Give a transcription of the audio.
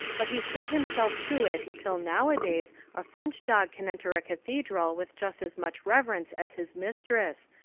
but he set himself to it till nowadays a french dog can enter a cathedral with just as much reverence as his mistress,